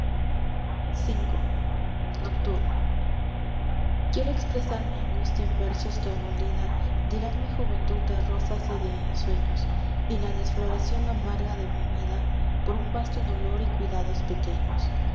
v nocturno quiero expresar mi angustia en versos que abolida dirán mi juventud de rosas y de ensueños y la desfloración amarga de mi vida por un vasto dolor y cuidados pequeños